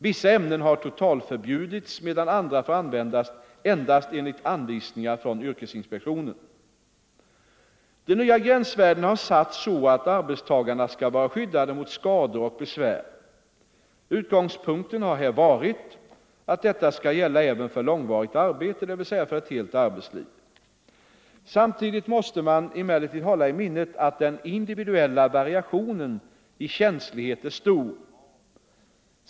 Vissa ämnen har totalförbjudits medan andra får användas endast enligt anvisningar från yrkesinspektionen. De nya gränsvärdena har satts så att arbetstagarna skall vara skyddade mot skador och besvär. Utgångspunkten har här varit att detta skall gälla även för långvarigt arbete, dvs. för ett helt arbetsliv. Samtidigt måste man emellertid hålla i minnet att den individuella variationen i känslighet är stor.